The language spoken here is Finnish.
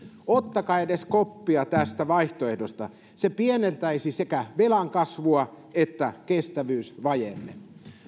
ottakaa edes koppia tästä vaihtoehdosta se pienentäisi sekä velan kasvua että kestävyysvajeemme